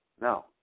No